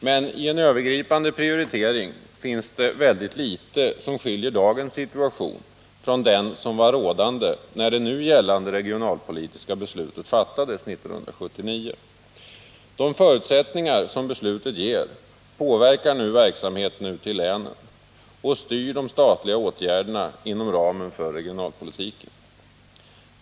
Men i en övergripande prioritering finns det väldigt litet som skiljer dagens situation från den som var rådande när det nu gällande regionalpolitiska beslutet fattades 1979. De förutsättningar som beslutet ger påverkar nu verksamheten ute i länen och styr de statliga åtgärderna inom ramen för regionalpolitiken.